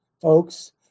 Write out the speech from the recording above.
Folks